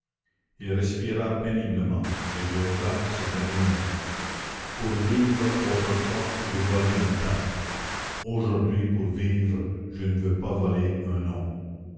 il respira péniblement et jeta ce dernier mot pour vivre autrefois j'ai volé un pain aujourd'hui pour vivre je ne veux pas voler un nom